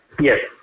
Yes